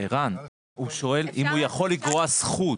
הוא שואל אם הוא יכול לגרוע זכות,